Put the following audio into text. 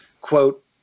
quote